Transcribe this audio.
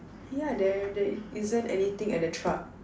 ya there there isn't anything at the truck